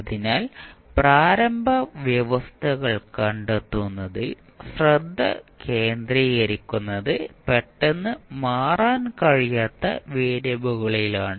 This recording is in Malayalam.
അതിനാൽ പ്രാരംഭ വ്യവസ്ഥകൾ കണ്ടെത്തുന്നതിൽ ശ്രദ്ധ കേന്ദ്രീകരിക്കുന്നത് പെട്ടെന്ന് മാറാൻ കഴിയാത്ത വേരിയബിളുകളിലാണ്